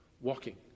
walking